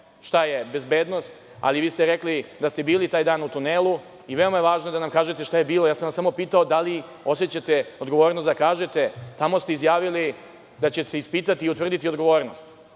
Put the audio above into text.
šta je bezbednost, ali vi ste rekli da ste bili taj dan u tunelu i veoma je važno da nam kažete šta je bilo? Ja sam vas samo pitao da li osećate odgovornost da kažete? Tamo ste izjavili da će se ispitati i utvrditi odgovornost.